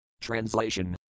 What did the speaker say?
Translation